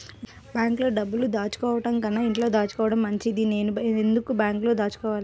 బ్యాంక్లో డబ్బులు దాచుకోవటంకన్నా ఇంట్లో దాచుకోవటం మంచిది నేను ఎందుకు బ్యాంక్లో దాచుకోవాలి?